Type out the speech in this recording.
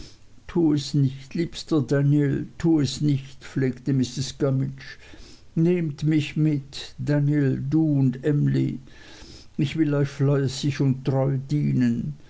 tu es nicht liebster daniel tu es nicht flehte mrs gummidge nehmt mich mit danl du und emly ich will euch fleißig und treu dienen